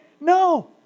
No